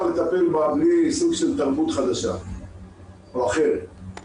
לטפל בה בלי סוג של תרבות חדשה או אחרת.